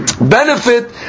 benefit